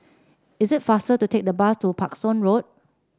is it faster to take the bus to Parkstone Road